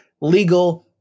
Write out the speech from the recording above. legal